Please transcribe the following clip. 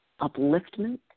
upliftment